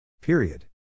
Period